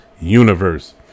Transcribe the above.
universe